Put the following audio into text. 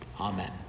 Amen